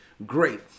great